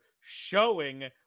showing